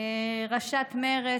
ראשת מרצ,